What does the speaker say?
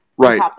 right